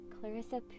Clarissa